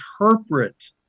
interpret